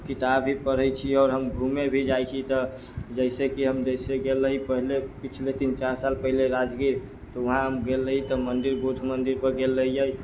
किताब भी पढ़ै छियै आओर हम घुमे भी जाइ छियै तऽ जैसे कि हम जैसे गेल रही पहिले किछु लेकिन तीन चारि साल पहिले राजगीर तऽ वहाँ हम गेल रही तऽ मन्दिर बौद्ध मन्दिर पर गेल रहियै